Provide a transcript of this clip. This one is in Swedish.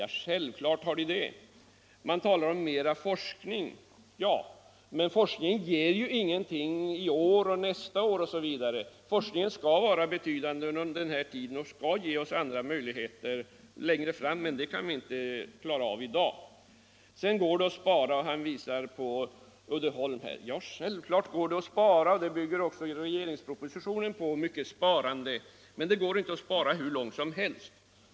Ja, självfallet har man det. Man talar om mera forskning. Ja, men forskningen ger ju inget i år och inte heller nästa år osv. Vi skall ha en betydande forskning under tiden framöver, och den skall ge oss andra möjligheter längre fram, men den klarar inte problemen i dag. Det är vidare möjligt att spara, och herr Wirtén pekar i det sammanhanget på Uddeholm. Ja, självfallet är det möjligt att spara, och även regeringspropositionen bygger i stor utsträckning på sparande. Men det går inte att spara hur mycket som helst.